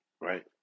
right